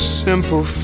simple